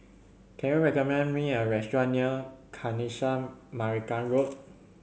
can you recommend me a restaurant near Kanisha Marican Road